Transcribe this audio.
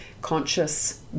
Conscious